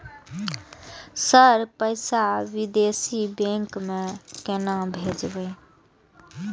Sir पैसा विदेशी bank में केना भेजबे?